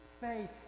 faith